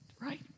right